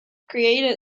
created